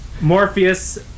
Morpheus